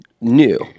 new